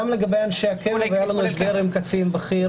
גם לגבי אנשי הקבע והיה לנו הסדר עם קצין בכיר